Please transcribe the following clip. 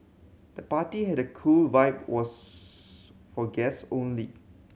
the party had a cool vibe was for guest only